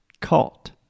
caught